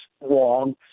wrong